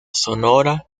sonora